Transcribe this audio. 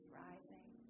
rising